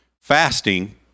Fasting